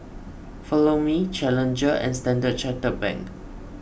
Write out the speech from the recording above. Follow Me Challenger and Standard Chartered Bank